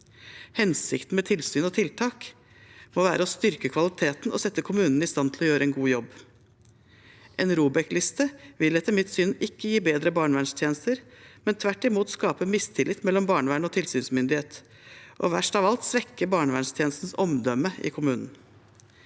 Hensikten med tilsyn og tiltak må være å styrke kvaliteten og sette kommunene i stand til å gjøre en god jobb. En ROBEK-liste vil etter mitt syn ikke gi bedre barnevernstjenester, men tvert imot skape mistillit mellom barnevern og tilsynsmyndighet og – verst av alt – svekke barnevernstjenestens omdømme i kommunen.